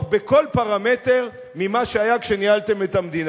בכל פרמטר ממה שהיה כשניהלתם את המדינה.